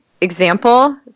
example